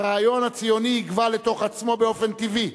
הרעיון הציוני יגווע לתוך עצמו באופן טבעי,